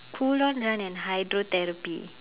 cool down run and hydrotherapy